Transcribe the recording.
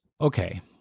okay